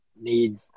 need